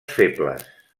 febles